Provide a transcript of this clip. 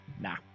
Nah